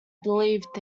believed